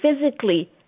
physically